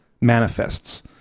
manifests